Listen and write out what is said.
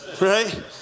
Right